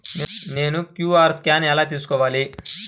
నేను QR scan ఎలా తీసుకోవాలి?